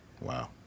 Wow